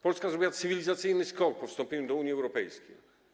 Polska zrobiła cywilizacyjny skok po wstąpieniu do Unii Europejskiej.